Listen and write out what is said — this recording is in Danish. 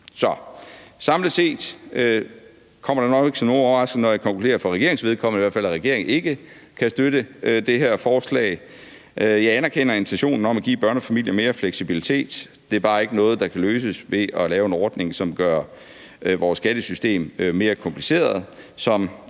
samlet set kommer det nok ikke som nogen overraskelse, når jeg for regeringens vedkommende i hvert fald konkluderer, at regeringen ikke kan støtte det her forslag. Jeg anerkender intentionen om at give børnefamilier mere fleksibilitet. Det er bare ikke noget, der kan løses ved at lave en ordning, som gør vores skattesystem mere kompliceret,